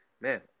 Man